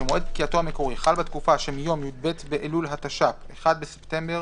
שמועד פקיעתו המקורי חל בתקופה שמיום י"ב באלול התש"ף (1 בספטמבר